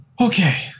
Okay